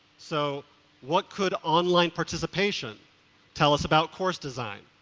so what could online participation tell us about course design?